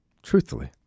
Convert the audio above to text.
Truthfully